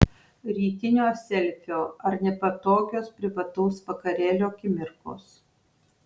rytinio selfio ar nepatogios privataus vakarėlio akimirkos